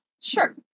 Sure